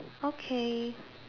okay